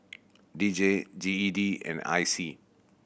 D J G E D and I C